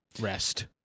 Rest